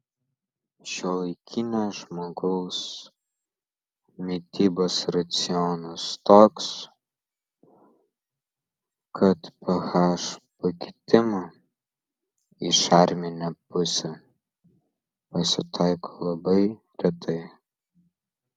šiuolaikinio žmogaus mitybos racionas toks kad ph pakitimų į šarminę pusę pasitaiko labai retai